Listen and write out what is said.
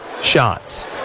shots